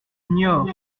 niort